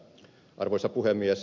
arvoisa puhemies